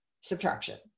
subtraction